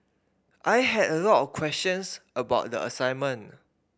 I had a lot of questions about the assignment